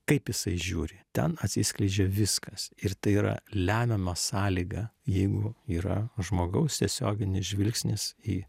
kaip jisai žiūri ten atsiskleidžia viskas ir tai yra lemiama sąlyga jeigu yra žmogaus tiesioginis žvilgsnis į